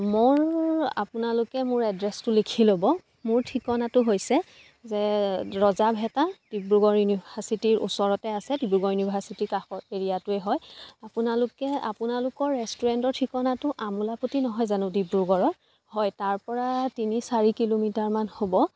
মোৰ আপোনালোকে মোৰ এড্ৰেছটো লিখি ল'ব মোৰ ঠিকনাটো হৈছে যে ৰজাভেটা ডিব্ৰুগড় ইউনিভাৰ্ছিটিৰ ওচৰতে আছে ডিব্ৰুগড় ইউনিভাৰ্ছিটি কাষৰ এৰিয়াটোৱে হয় আপোনালোকে আপোনালোকৰ ৰেষ্টুৰেণ্টৰ ঠিকনাটো আমোলাপট্টি নহয় জানো ডিব্ৰুগড়ৰ হয় তাৰপৰা তিনি চাৰি কিল'মিটাৰমান হ'ব